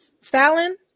Fallon